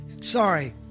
Sorry